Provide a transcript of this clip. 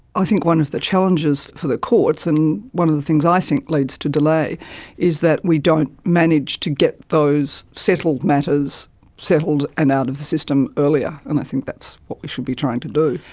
i think one of the challenges for the courts and one of the things i think leads to delay is that we don't manage to get those settled matters settled and out of the system earlier, and i think that's what we should be trying to do.